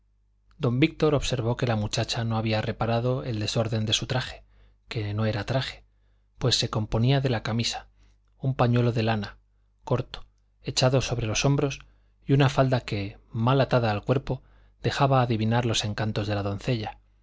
don víctor observó que la muchacha no había reparado el desorden de su traje que no era traje pues se componía de la camisa un pañuelo de lana corto echado sobre los hombros y una falda que mal atada al cuerpo dejaba adivinar los encantos de la doncella